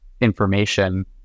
information